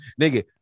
nigga